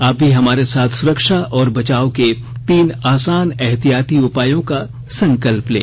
आप भी हमारे साथ सुरक्षा और बचाव के तीन आसान एहतियाती उपायों का संकल्प लें